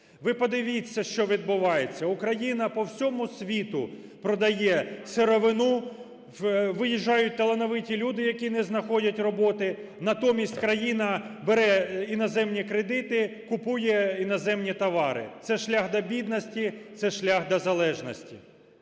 Ви подивіться, що відбувається: Україна по всьому світу продає сировину, виїжджають талановиті люди, які не знаходять роботи, натомість країна бере іноземні кредити, купує іноземні товари. Це шлях до бідності, це шлях до залежності.